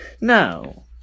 no